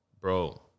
Bro